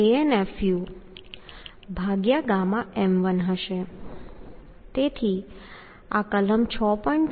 9AnfuƔm1 હશે તેથી આ કલમ 6